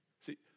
See